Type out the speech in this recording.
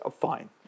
fine